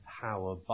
power